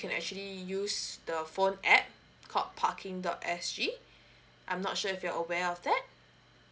you can actually use the phone app called parking dot s g I'm not sure if you're aware of that